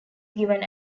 given